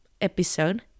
episode